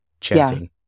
chanting